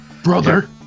Brother